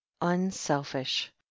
unselfish